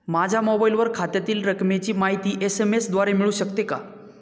माझ्या मोबाईलवर खात्यातील रकमेची माहिती एस.एम.एस द्वारे मिळू शकते का?